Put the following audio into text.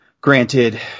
granted